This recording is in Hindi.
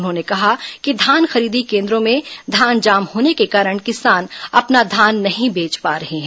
उन्होंने कहा कि धान खरीदी केंद्रों में धान जाम होने के कारण किसान अपना धान नहीं बेच पा रहे हैं